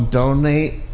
donate